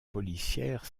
policière